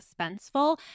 suspenseful